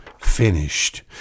finished